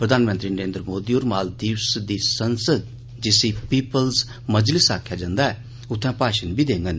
प्रधानमंत्री नरेन्द्र मोदी होर मालदीव्स दी संसद जिसी पीपल्स मजलिस आखेआ जंदा ऐ उत्थें भाषण बी देङन